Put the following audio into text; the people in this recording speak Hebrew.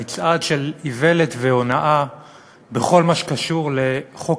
מצעד של איוולת והונאה בכל מה שקשור לחוק